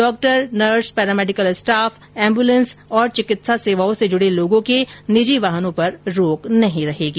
doctor nurse paramedical staff ambulance और चिकित्सा सेवाओं से जुडे लोगों के निजी वाहनों पर रोक नहीं रहेगी